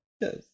Yes